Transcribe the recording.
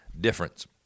difference